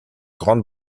grande